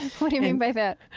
what do you mean by that?